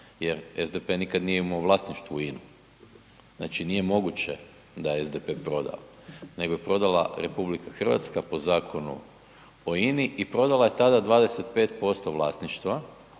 jer SDP nikada nije imao u vlasništvu INA-u. Znači nije moguće da je SDP prodao, nego je prodala RH po Zakonu o INA-i i prodala je tada 25% vlasništva